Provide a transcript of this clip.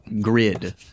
Grid